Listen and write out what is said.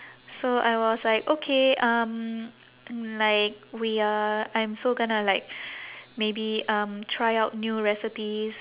so I was like okay um like we are I'm so gonna like maybe um try out new recipes